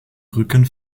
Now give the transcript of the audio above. rücken